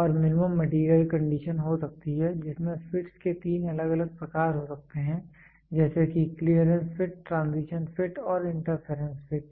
और minimum material condition हो सकती है जिसमें फिटस् के तीन अलग अलग प्रकार हो सकते हैं जैसे कि क्लीयरेंस फिट ट्रांजिशन फिट और इंटरफेरेंस फिट